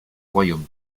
royaume